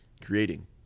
creating